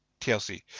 TLC